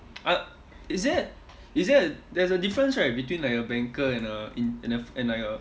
I is there is there a there is a difference right between like a banker and a in~ and a and like a